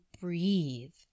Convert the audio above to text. breathe